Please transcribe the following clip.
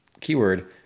keyword